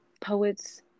Poets